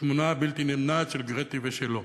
התמונה הבלתי-נמנעת של גרטי ושלו.